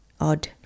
odd